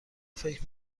فکر